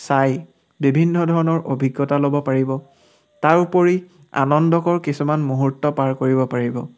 চাই বিভিন্ন ধৰণৰ অভিজ্ঞতা ল'ব পাৰিব তাৰ উপৰি আনন্দকৰ কিছুমান মুহূৰ্ত পাৰ কৰিব পাৰিব